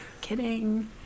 Kidding